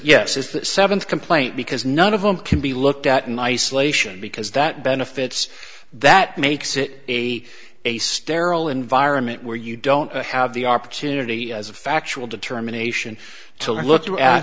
yes is the seventh complaint because none of them can be looked at in isolation because that benefits that makes it a a sterile environment where you don't have the opportunity as a factual determination to look